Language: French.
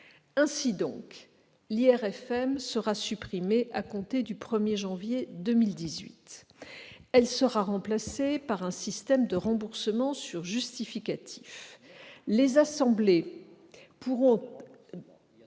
Ainsi, l'IRFM sera supprimée à compter du 1 janvier 2018, pour être remplacée par un système de remboursement sur justificatifs.